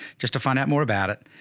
just to find out more about it.